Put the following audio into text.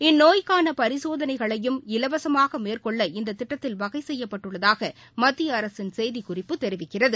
இந்தநோய்க்கானபரிசோதனைகளையும் இலவசமாகமேற்கொள்ள இந்ததிட்டத்தில் வகைசெய்யப்பட்டுள்ளதாகமத்தியஅரசின் செய்திக்குறிப்பு தெரிவிக்கிறது